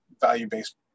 value-based